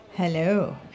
Hello